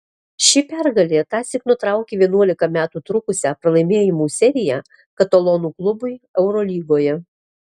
ši pergalė tąsyk nutraukė vienuolika metų trukusią pralaimėjimų seriją katalonų klubui eurolygoje